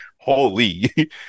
holy